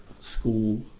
school